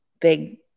big